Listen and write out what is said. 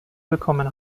willkommen